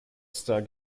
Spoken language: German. star